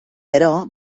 però